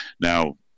now